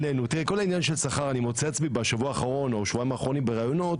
את עצמי בשבוע או השבועיים האחרונים בראיונות